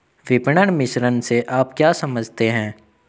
विपणन मिश्रण से आप क्या समझते हैं?